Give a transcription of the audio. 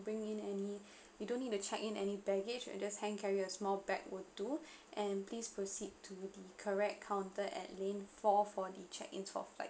bring in any you don't need to check in any baggage you just hand carry a small bag will do and please proceed to the correct counter at lane four for the check ins for flight